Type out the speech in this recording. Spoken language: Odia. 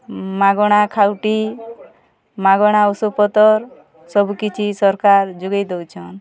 ମାଗଣା ଖାଉଟି ମାଗଣା ଓଷୋ ପତର୍ ସବୁ କିଛି ସରକାର୍ ଯୋଗେଇ ଦେଉଛନ୍